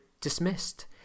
dismissed